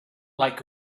like